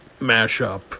mashup